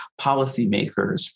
policymakers